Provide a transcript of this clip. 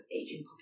aging